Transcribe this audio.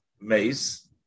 mace